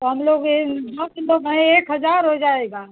हम लोग ये दस लोग हैं एक हजार हो जाएगा